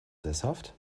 sesshaft